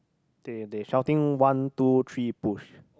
okay they shouting one two three push